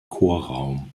chorraum